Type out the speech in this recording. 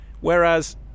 Whereas